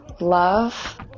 love